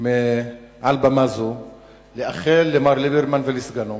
מעל במה זו לאחל למר ליברמן וסגנו